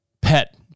Pet